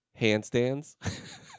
handstands